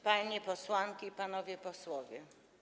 Panie Posłanki i Panowie Posłowie!